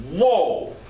whoa